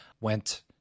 Went